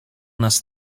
nas